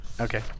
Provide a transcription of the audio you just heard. Okay